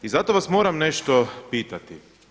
I zato vas moram nešto pitati.